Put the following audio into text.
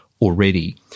already